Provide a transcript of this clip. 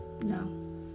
No